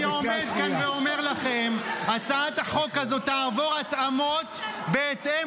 אני עומד כאן ואומר לכם: הצעת החוק הזאת תעבור התאמות בהתאם